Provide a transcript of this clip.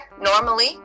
normally